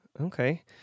Okay